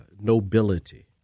nobility